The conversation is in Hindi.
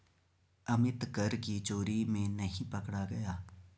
अमित कर की चोरी में नहीं पकड़ा गया